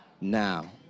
now